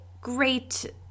great